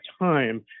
time